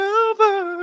over